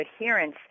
adherence